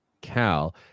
Cal